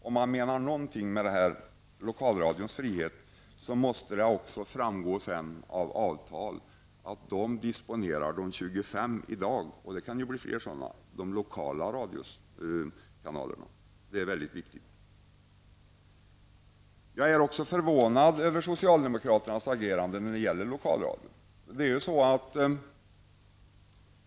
Om man menar något med detta om Lokalradions frihet måste det också sedan av avtal framgå att de disponerar de i dag tjugofem -- det kan bli fler senare -- lokala radiokanalerna. Det är väldigt viktigt. Jag är också förvånad över socialdemokraternas agerande när det gäller Lokalradion.